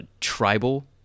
tribal